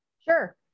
Sure